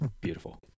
Beautiful